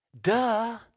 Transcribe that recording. duh